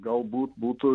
galbūt būtų